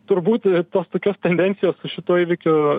turbūt tos tokios tendencijos su šituo įvykiu